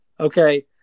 Okay